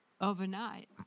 overnight